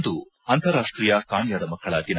ಇಂದು ಅಂತಾರಾಷ್ಟೀಯ ಕಾಣೆಯಾದ ಮಕ್ಕಳ ದಿನ